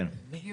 כן.